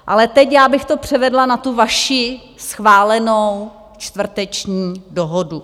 Ale teď bych to převedla na tu vaši schválenou čtvrteční dohodu.